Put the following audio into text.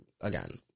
again